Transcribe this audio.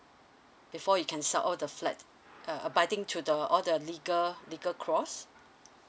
before you can sell off the flat uh abiding to the all the legal legal cross